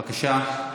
בבקשה.